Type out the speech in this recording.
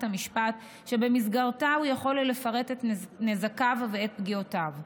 המשפט שבמסגרתה הוא יכול לפרט את נזקיו ואת פגיעותיו.